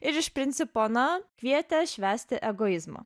ir iš principo na kvietė švęsti egoizmą